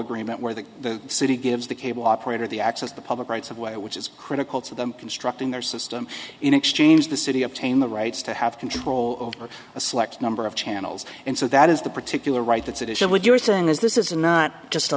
agreement where the it gives the cable operator the access the public rights of way which is critical to them constructing their system in exchange the city obtain the rights to have control over a select number of channels and so that is the particular right that's at issue what you're saying is this is not just a